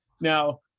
now